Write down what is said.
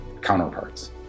counterparts